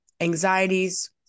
anxieties